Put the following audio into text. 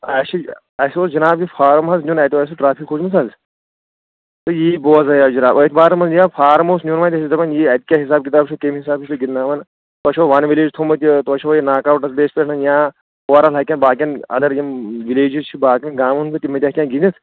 اَسہِ چھِ اَسہِ اوس جناب یہِ فارم حظ نیُن اَتہِ اوس یہِ ٹرٛافی کھوٗجمٕژ حظ تہٕ یی بوزَے اَسہِ جناب أتھۍ بارس منٛز فارم اوس نیُن وۄنۍ أسۍ ٲسۍ دَپان یی اَتہِ کیٛاہ حِساب کِتاب چھُ کَمہِ حِسابہٕ چھُو گِنٛدناوان تۄہہِ چھُوا وَن وِلیج تھوٚومُت یہِ تۄہہِ چھُوا یہِ ناٹ آوُٹَس بیسہِ پٮ۪ٹھ یا باقِیَن اَدَر یِم وِلیجِز چھِ باقِیَن گامَن گِنٛدِتھ